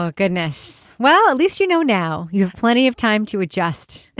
ah goodness. well, at least, you know, now you have plenty of time to adjust.